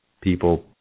people